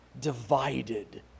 divided